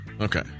Okay